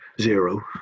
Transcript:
zero